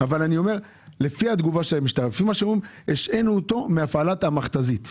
לא ייתכן שתגובת המשטרה היא: השעינו אותו מהפעלת המכתזית.